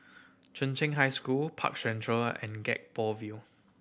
Chung Cheng High School Park Central and Gek Poh Ville